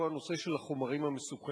והוא הנושא של החומרים המסוכנים.